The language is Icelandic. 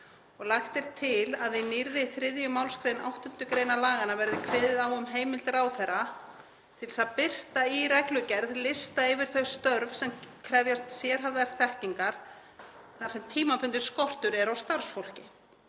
Lagt er til að í nýrri 3. mgr. 8. gr. laganna verði kveðið á um heimild ráðherra til þess að birta í reglugerð lista yfir þau störf sem krefjast sérhæfðrar þekkingar þar sem tímabundinn skortur er á starfsfólki.